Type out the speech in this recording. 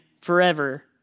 forever